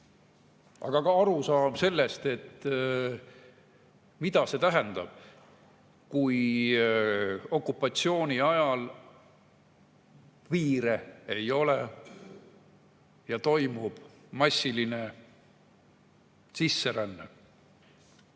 aga ka arusaam, mida see tähendab, kui okupatsiooni ajal piire ei ole ja toimub massiline sisseränne.